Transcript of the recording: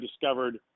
discovered